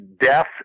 death